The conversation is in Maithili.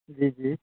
जी जी